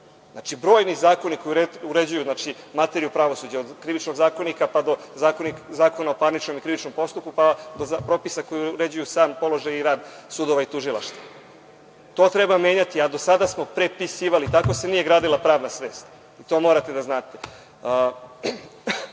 Znači, brojni zakoni koji uređuje materiju pravosuđa, od Krivičnog zakonika, pa do Zakona o parničnom i krivičnom postupku, pa do propisa koji uređuju sam položaj i rad sudova i tužilaštva. To treba menjati, a do sada smo prepisivali. Tako se nije gradila pravna svest i to morate da